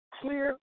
clear